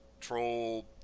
troll